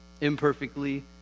Imperfectly